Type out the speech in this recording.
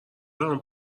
برام